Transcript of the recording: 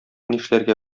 нишләргә